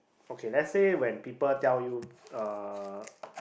okay let's say when people tell you uh